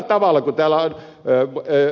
kun täällä ed